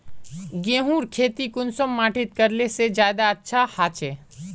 गेहूँर खेती कुंसम माटित करले से ज्यादा अच्छा हाचे?